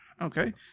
okay